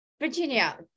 virginia